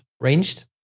ranged